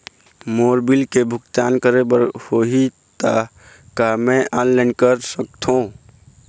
मोर bill के भुगतान करे बर होही ता का मैं ऑनलाइन कर सकथों?